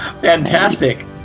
Fantastic